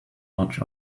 much